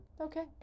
Okay